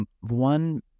one